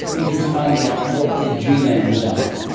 even finding out what their genomes are.